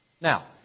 Now